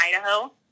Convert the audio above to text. Idaho